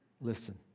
Listen